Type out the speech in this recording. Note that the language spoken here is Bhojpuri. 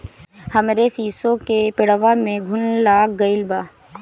हमरे शीसो के पेड़वा में घुन लाग गइल बा